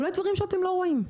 אולי דברים שאתם לא רואים.